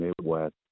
Midwest